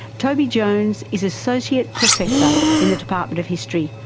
toby jones is associate professor in the department of history,